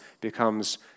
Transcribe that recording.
becomes